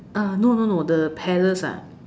uh no no no the palace ah